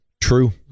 True